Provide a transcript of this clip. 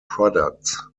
products